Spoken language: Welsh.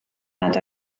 nad